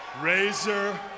Razor